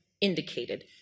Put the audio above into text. indicated